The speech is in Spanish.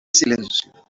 silencio